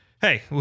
hey